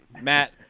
Matt